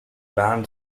band